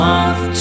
off